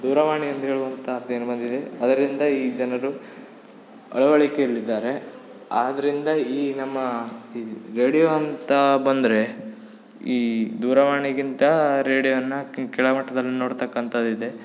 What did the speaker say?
ದೂರವಾಣಿಯಲ್ಲಿ ಹೇಳುವಂಥದ್ದೇನು ಬಂದಿದೆ ಅದರಿಂದ ಈ ಜನರು ಅವಳಿಕೆಯಲ್ಲಿ ಇದ್ದಾರೆ ಆದ್ದರಿಂದ ಈ ನಮ್ಮ ಈ ಗಡಿಯಂತ ಬಂದರೆ ಈ ದೂರವಾಣಿಗಿಂತ ರೇಡಿಯೋವನ್ನ ಕೆಳಮಟ್ಟದಲ್ಲಿ ನೋಡ್ತಕ್ಕಂಥದ್ದು ಇದೆ